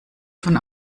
von